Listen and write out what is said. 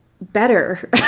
better